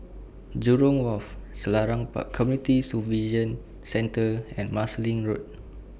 Jurong Wharf Selarang Park Community Supervision Centre and Marsiling Road